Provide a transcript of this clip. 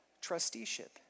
trusteeship